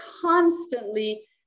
constantly